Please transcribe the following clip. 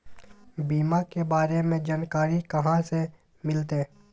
बीमा के बारे में जानकारी कहा से मिलते?